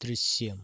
ദൃശ്യം